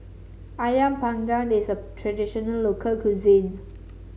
ayam Panggang is a traditional local cuisine